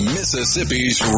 Mississippi's